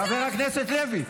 חבר הכנסת לוי,